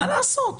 מה לעשות,